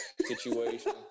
situation